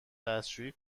دستشویی